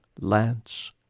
lance